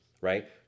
right